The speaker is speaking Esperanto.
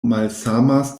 malsamas